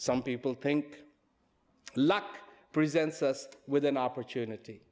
some people think luck presents us with an opportunity